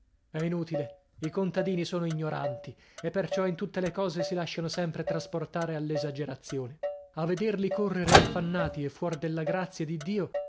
è inutile i contadini sono ignoranti e perciò in tutte le cose si lasciano sempre trasportare all'esagerazione a vederli correre affannati e fuor della grazia di dio